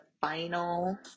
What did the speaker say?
final